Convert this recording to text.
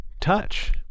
touch